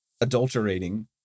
adulterating